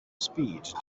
speed